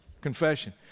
confession